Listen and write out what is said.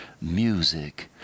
music